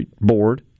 Board